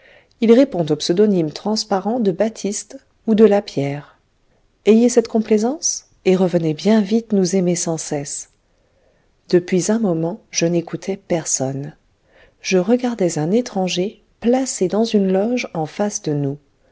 il répond au pseudonyme transparent de baptiste ou de lapierre ayez cette complaisance et revenez bien vite nous aimer sans cesse depuis un moment je n'écoutais personne je regardais un étranger placé dans une loge en face de nous